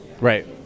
Right